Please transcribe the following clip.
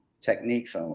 techniques